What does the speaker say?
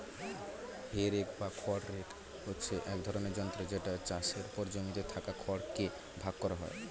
হে rake বা খড় rake হচ্ছে এক ধরণের যন্ত্র যেটা চাষের পর জমিতে থাকা খড় কে ভাগ করা হয়